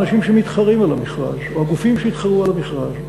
אנשים שמתחרים על המכרז או הגופים שיתחרו על המכרז.